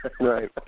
Right